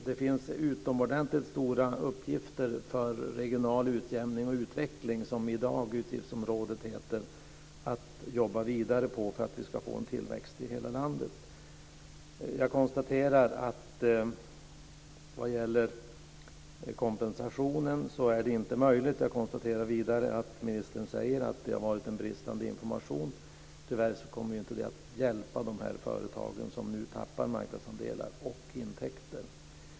Det finns utomordentligt stora uppgifter för regional utjämning och utveckling, som utgiftsområdet heter i dag, att jobba vidare på för att vi ska få en tillväxt i hela landet. Jag konstaterar att vad gäller kompensationen så är detta inte möjligt. Jag konstaterar vidare att ministern säger att informationen har varit bristande. Tyvärr kommer inte det att hjälpa de företag som nu tappar marknadsandelar och intäkter.